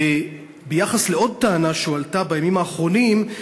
וביחס לעוד טענה שהועלתה בימים האחרונים,